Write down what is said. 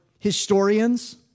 Historians